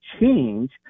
change